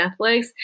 Netflix